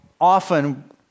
often